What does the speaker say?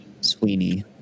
Sweeney